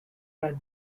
had